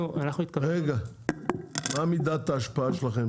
מה מידת ההשפעה שלכם,